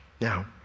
Now